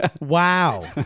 wow